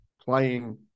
playing